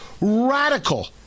radical